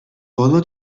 ბოლო